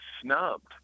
snubbed